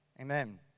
Amen